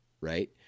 right